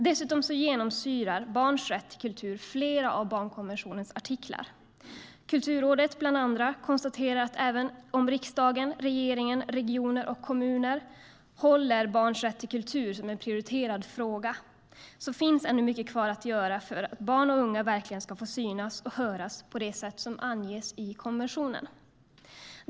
Dessutom genomsyrar barns rätt till kultur flera av barnkonventionens artiklar. Bland annat konstaterar Kulturrådet att även om riksdag, regering, regioner och kommuner ser barns rätt till kultur som en prioriterad fråga finns ännu mycket kvar att göra för att barn och unga verkligen ska få synas och höras på det sätt som avses i konventionen.